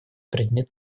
предмет